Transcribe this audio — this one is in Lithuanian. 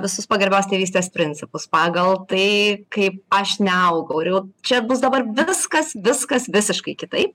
visus pagarbios tėvystės principus pagal tai kaip aš neaugau ir jau čia bus dabar viskas viskas visiškai kitaip